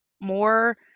more